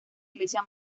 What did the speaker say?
iglesia